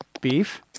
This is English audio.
beef